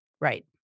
Right